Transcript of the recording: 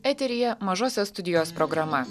eteryje mažosios studijos programa